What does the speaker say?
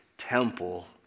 temple